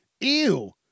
Ew